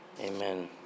Amen